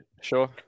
Sure